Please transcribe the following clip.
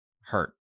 hurt